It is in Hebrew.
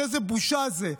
איזה בושה זה.